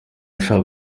ashaka